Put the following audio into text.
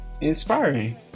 inspiring